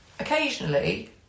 Occasionally